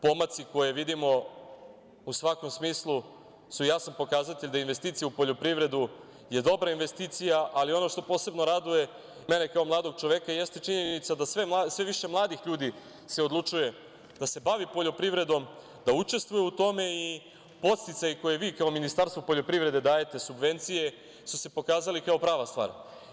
Pomaci koje vidimo u svakom smislu su jasan pokazatelj da investicija u poljoprivredu je dobra investicija, ali ono što posebno raduje i mene kao mladog čoveka jeste činjenica da se sve više mladih ljudi odlučuje da se bavi poljoprivredom, da učestvuje u tome i podsticaji koje vi kao Ministarstvo poljoprivrede dajete, subvencije su se pokazale kao prava stvar.